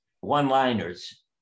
one-liners